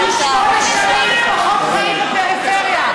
כי שמונה שנים פחות חיים בפריפריה.